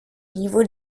niveau